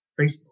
Facebook